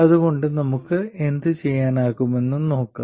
അതുകൊണ്ട് നമുക്ക് എന്തുചെയ്യാനാകുമെന്ന് നോക്കാം